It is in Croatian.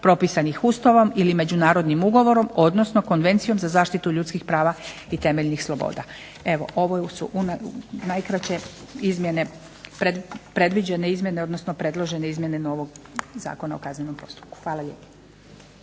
propisanih Ustavom ili međunarodnim ugovorom odnosno Konvencijom za zaštitu ljudskih prava i temeljnih sloboda. Evo ovo su u najkraćem izmjene predložene izmjene novog Zakona o kaznenom postupku. Hvala lijepo.